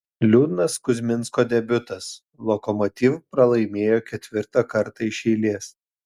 liūdnas kuzminsko debiutas lokomotiv pralaimėjo ketvirtą kartą iš eilės